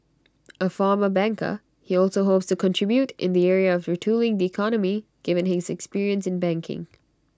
A former banker he also hopes to contribute in the area of retooling the economy given his experience in banking